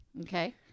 Okay